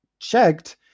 checked